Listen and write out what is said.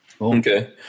okay